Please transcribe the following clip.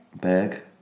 bag